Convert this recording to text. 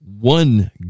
one